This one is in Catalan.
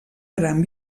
gran